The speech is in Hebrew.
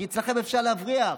כי אצלכם אפשר להבריח.